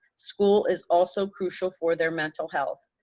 school is also crucial for their mental health.